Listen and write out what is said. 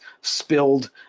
spilled